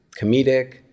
comedic